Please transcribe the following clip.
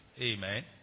Amen